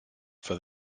for